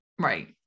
right